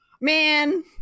Man